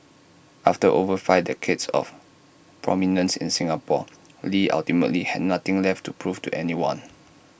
after over five decades of prominence in Singapore lee ultimately had nothing left to prove to anyone